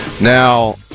Now